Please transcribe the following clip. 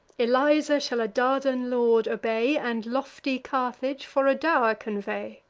eliza shall a dardan lord obey, and lofty carthage for a dow'r convey.